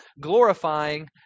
glorifying